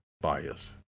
bias